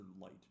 light